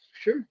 Sure